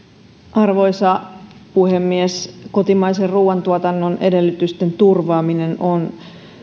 arvoisa puhemies kotimaisen ruoantuotannon edellytysten turvaaminen on